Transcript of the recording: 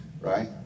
right